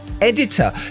editor